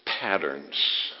patterns